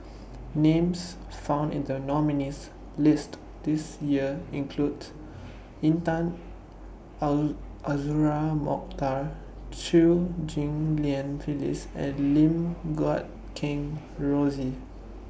Names found in The nominees' list This Year include Intan Al Azura Mokhtar Chew Ghim Lian Phyllis and Lim Guat Kheng Rosie